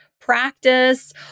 practice